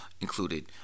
included